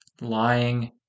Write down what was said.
lying